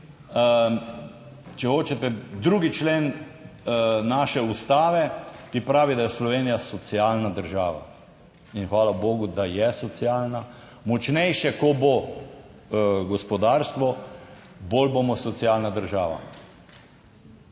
če hočete, 2. člen naše Ustave, ki pravi, da je Slovenija socialna država in hvala bogu, da je socialna. Močnejše, ko bo gospodarstvo, bolj bomo socialna država.